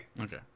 Okay